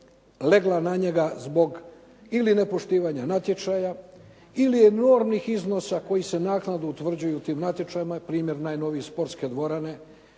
legla na njega zbog ili nepoštivanja natječaja ili enormnih iznosa koji se naknadno utvrđuju u tim natječajima. Primjer najnoviji sportske dvorane